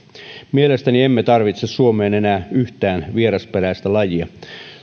mielestäni emme tarvitse suomeen enää yhtään vierasperäistä lajia